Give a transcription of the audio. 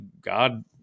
God